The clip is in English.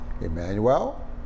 Emmanuel